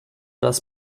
das